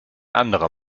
anderer